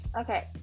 okay